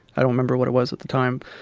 i don't remember what it was at the time.